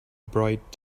bright